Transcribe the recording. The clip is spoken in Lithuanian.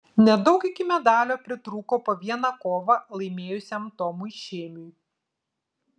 nedaug iki medalio pritrūko po vieną kovą laimėjusiam tomui šėmiui